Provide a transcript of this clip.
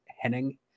Henning